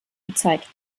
gezeigt